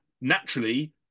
naturally